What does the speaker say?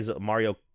Mario